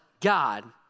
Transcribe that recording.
God